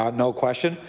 um no question.